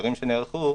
המחקרים שנערכו,